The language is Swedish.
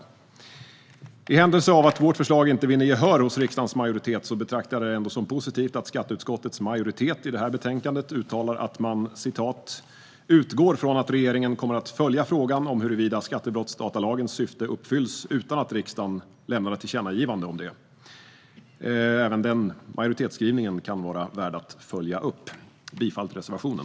Skattebrottsdatalag I händelse av att vårt förslag inte vinner gehör hos riksdagens majoritet betraktar jag det ändå som positivt att skatteutskottets majoritet i betänkandet uttalar att man utgår "från att regeringen kommer att följa frågan om huruvida skattebrottsdatalagens syften uppfylls utan att riksdagen lämnar ett tillkännagivande om detta". Även den majoritetsskrivningen kan vara värd att följa upp. Jag yrkar bifall till reservationen.